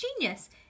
genius